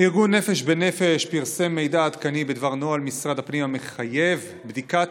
ארגון נפש בנפש פרסם מידע עדכני בדבר נוהל משרד הפנים המחייב בדיקת